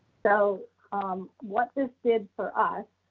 so what this did for us,